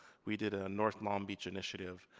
we did a north long beach initiative,